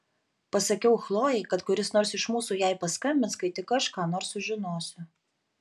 pasakiau chlojei kad kuris nors iš mūsų jai paskambins kai tik aš ką nors sužinosiu